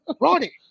Ronnie